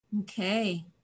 Okay